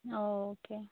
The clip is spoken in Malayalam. ഓഹ് ഓക്കെ